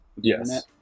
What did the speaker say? Yes